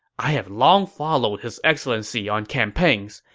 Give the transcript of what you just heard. i have long followed his excellency on campaigns.